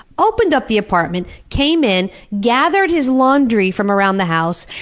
opened up the apartment, came in, gathered his laundry from around the house,